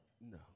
No